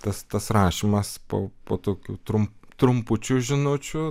tas tas rašymas po po tokių trumpų trumpučių žinučių